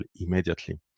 immediately